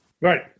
Right